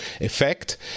effect